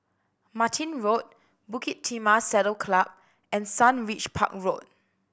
Martin Road Bukit Timah Saddle Club and Sundridge Park Road